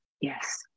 yes